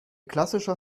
klassischer